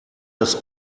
das